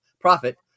profit